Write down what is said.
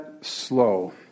slow